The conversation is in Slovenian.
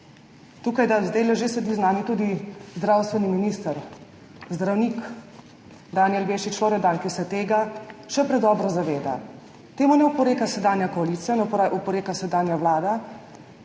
Tukaj zdajle že sedi z nami tudi zdravstveni minister, zdravnik Danijel Bešič Loredan, ki se tega še predobro zaveda. Temu ne oporeka sedanja koalicija, ne oporeka sedanja vlada,